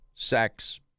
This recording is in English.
Sex